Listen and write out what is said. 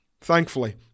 Thankfully